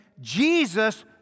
Jesus